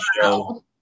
show